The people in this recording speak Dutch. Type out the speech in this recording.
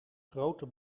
grote